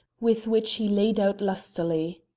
with which he laid out lustily.